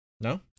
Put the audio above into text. No